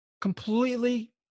Completely